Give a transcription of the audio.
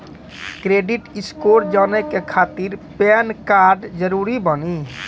Credit score जाने के खातिर पैन कार्ड जरूरी बानी?